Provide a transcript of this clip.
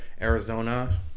Arizona